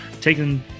taking